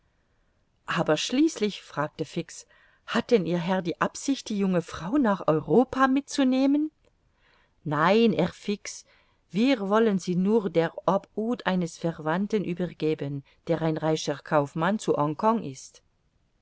aber schließlich fragte fix hat denn ihr herr die absicht die junge frau nach europa mitzunehmen nein herr fix wir wollen sie nur der obhut eines verwandten übergeben der ein reicher kaufmann zu hongkong ist